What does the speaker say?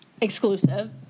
exclusive